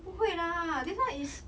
不会 lah this [one] is documentary